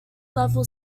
level